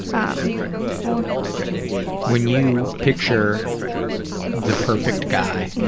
um so when you picture the perfect guy,